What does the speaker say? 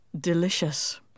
Delicious